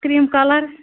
cream colour